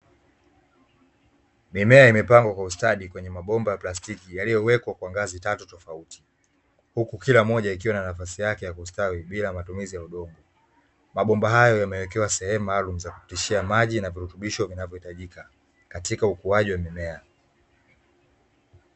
Mimea imepangwa kwa ustadi kwenye mabomba ya plastiki yaliyowekwa kwa ngazi tatu tofauti, huku kila moja ikiwa na nafasi yake ya kustawi bila matumizi ya udongo, mabomba hayo yamewekewa sehemu maalumu za kupitishia maji na virutubisho vinavyohitajika katika ukuaji wa mimea.